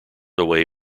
away